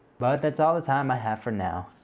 but that's all the time i have for now.